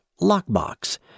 lockbox